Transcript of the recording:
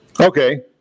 Okay